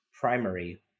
primary